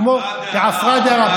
כעפרא דארעא.